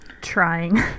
trying